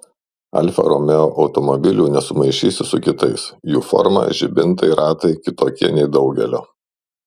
alfa romeo automobilių nesumaišysi su kitais jų forma žibintai ratai kitokie nei daugelio